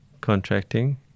contracting